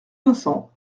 vincent